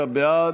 55 בעד,